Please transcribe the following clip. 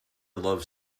love